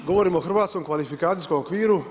Govorimo o hrvatskom kvalifikacijskom okviru.